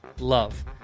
love